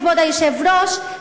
כבוד היושב-ראש,